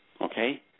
Okay